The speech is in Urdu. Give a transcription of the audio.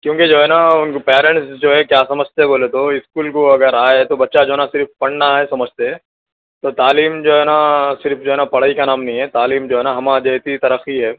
کیونکہ جو ہے نا اُن کو پیرینٹس جو ہے کیا سجھتے بولے تو اسکول کو اگر آئے تو بچہ جو ہے نا صرف پڑھنا ہے سمجھتے ہے تو تعلیم جو ہے نا صرف جو ہے نا پڑھائی کا نام نہیں ہے تعلیم جو ہے نا ہماری جیسی ترقی ہے